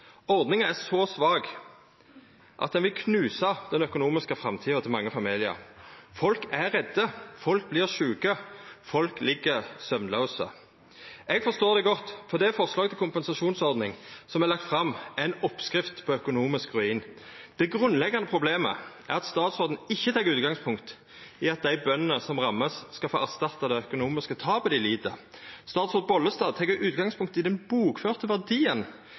Ordninga er så svak at ho vil knusa den økonomiske framtida til mange familiar. Folk er redde, folk vert sjuke, og folk ligg søvnlause. Eg forstår det godt, for det forslaget til kompensasjonsordning som er lagt fram, er ei oppskrift på økonomisk ruin. Det grunnleggjande problemet er at statsråden ikkje tek utgangspunkt i at dei bøndene som vert ramma, skal få erstatta det økonomiske tapet dei lir. Statsråd Bollestad tek utgangspunkt i den bokførte verdien